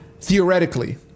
theoretically